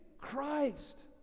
Christ